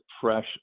fresh